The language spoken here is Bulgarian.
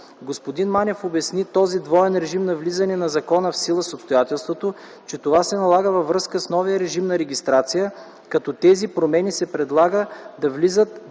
Господин Манев обясни този двоен режим на влизането на закона в сила с обстоятелството, че това се налага във връзка с новия режим на регистрация, като тези норми се предлага да влязат 9 месеца